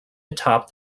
atop